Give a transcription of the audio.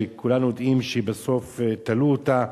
שכולנו יודעים שבסוף תלו אותה,